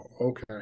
okay